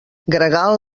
gregal